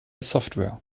software